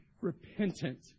repentant